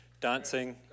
dancing